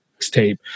mixtape